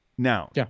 Now